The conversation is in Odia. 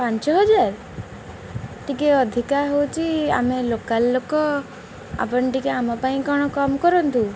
ପାଞ୍ଚ ହଜାର ଟିକେ ଅଧିକା ହେଉଛି ଆମେ ଲୋକାଲ୍ ଲୋକ ଆପଣ ଟିକେ ଆମ ପାଇଁ କ'ଣ କମ୍ କରନ୍ତୁ